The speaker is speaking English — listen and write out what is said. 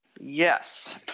Yes